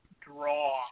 draw